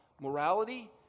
morality